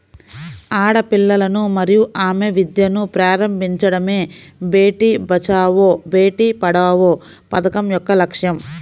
ఆడపిల్లలను మరియు ఆమె విద్యను ప్రారంభించడమే బేటీ బచావో బేటి పడావో పథకం యొక్క లక్ష్యం